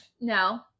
No